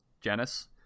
janice